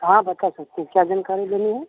हाँ बता सकते हैं क्या जानकारी लेनी है